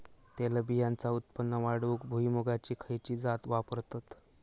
तेलबियांचा उत्पन्न वाढवूक भुईमूगाची खयची जात वापरतत?